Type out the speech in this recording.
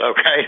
okay